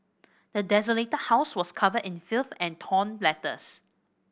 the desolated that house was covered in filth and torn letters